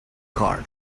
car